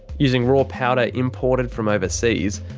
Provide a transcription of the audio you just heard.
using raw powder imported from overseas,